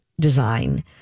design